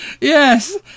Yes